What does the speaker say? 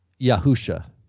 Yahusha